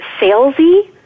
salesy